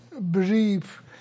brief